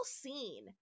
scene